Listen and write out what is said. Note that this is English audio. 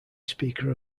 speaker